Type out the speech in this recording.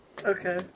Okay